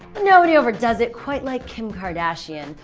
nobody over does it quite like kim kardashian,